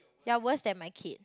you're worse than my kid